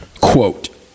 Quote